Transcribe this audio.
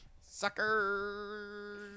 Sucker